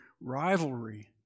rivalry